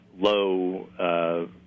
low